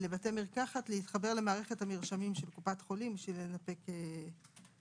לבתי מרחקת להתחבר למערכת המרשמים של קופת חולים בשביל לנפק מרשם.